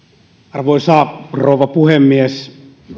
arvoisa rouva puhemies